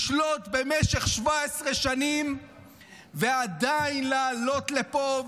לשלוט במשך 17 שנים ועדיין לעלות לפה,